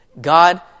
God